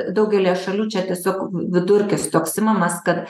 daugelyje šalių čia tiesiog vidurkis toks imamas kad